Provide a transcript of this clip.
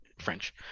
french